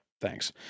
thanks